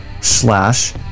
slash